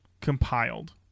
compiled